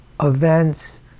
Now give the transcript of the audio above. events